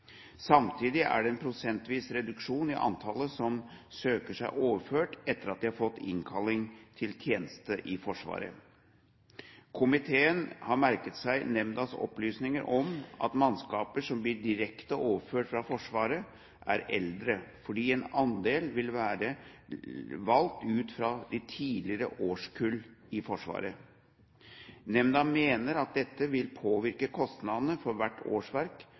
Samtidig er det en prosentvis reduksjon i antallet som søker seg overført etter at de har fått innkalling til tjeneste i Forsvaret. Komiteen har merket seg nemndas opplysninger om at mannskaper som blir direkte overført fra Forsvaret, er eldre, fordi en andel vil være valgt ut fra de tidligere årskull i Forsvaret. Nemnda mener at dette vil påvirke kostnadene for hvert årsverk,